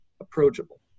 approachable